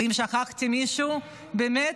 ואם שכחתי מישהו, באמת,